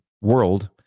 world